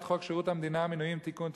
חוק שירות המדינה (מינויים) (תיקון,